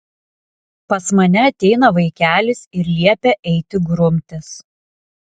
pas mane ateina vaikelis ir liepia eiti grumtis